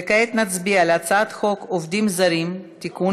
וכעת נצביע על הצעת חוק עובדים זרים (תיקון